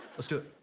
let's do it.